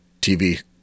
TV